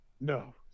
No